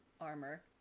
armor